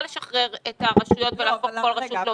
לשחרר את הרשויות ולהפוך כל רשות לאוטונומית.